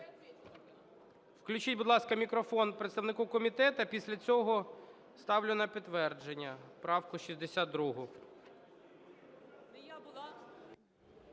Включіть, будь ласка, мікрофон представнику комітету. Після цього ставлю на підтвердження правку 62.